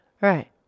Right